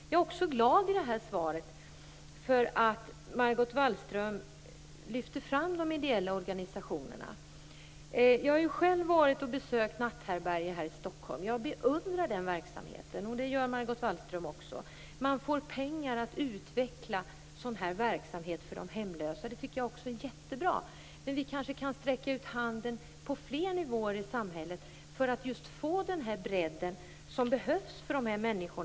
Jag är glad för att Margot Wallström i sitt svar lyfte fram de ideella organisationerna. Jag har själv besökt natthärbärgen här i Stockholm. Jag beundrar den verksamheten. Det gör Margot Wallström också. Man får pengar att utveckla en sådan verksamhet för de hemlösa. Det tycker jag är jättebra. Men vi kanske kan sträcka ut handen på fler nivåer i samhället för att just få den bredd som behövs för dessa människor.